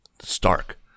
stark